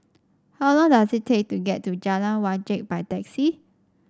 how long does it take to get to Jalan Wajek by taxi